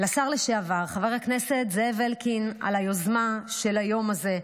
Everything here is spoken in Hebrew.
לשר לשעבר חבר הכנסת זאב אלקין על היוזמה של היום הזה.